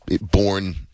born